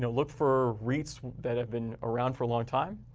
so look for reits that have been around for a long time,